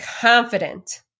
confident